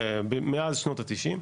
אני אגיד לך בתמצית.